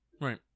Right